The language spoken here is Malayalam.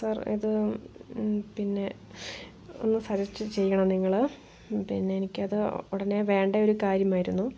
സാർ ഇത് പിന്നെ ഒന്ന് സജസ്റ്റ് ചെയ്യണം നിങ്ങൾ പിന്നെ എനിക്കത് ഉടനെ വേണ്ട ഒരു കാര്യമായിരുന്നു